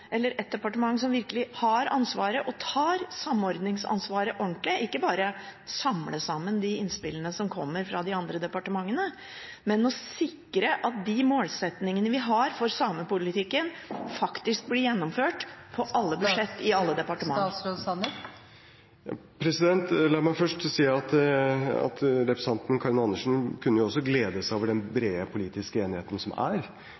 eller ett departement som virkelig har ansvaret og tar samordningsansvaret ordentlig – ikke bare samler sammen de innspillene som kommer fra de andre departementene, men sikrer at de målsettingene vi har for samepolitikken, faktisk blir gjennomført i alle budsjett, i alle departement. La meg først si at representanten Karin Andersen kunne jo også glede seg over den brede politiske enigheten som er